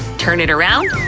turn it around,